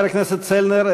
חבר הכנסת צלנר,